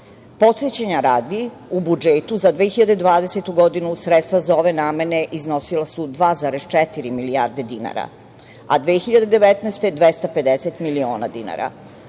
RFZO.Podsećanja radi u budžetu za 2020. godinu, sredstva za ove namene iznosila 2,4 milijarde dinara, a 2019. godine, 250 miliona dinara.